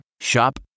Shop